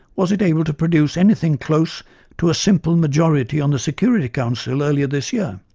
was it able to produce anything close to a simple majority on the security council earlier this year.